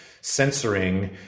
censoring